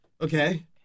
Okay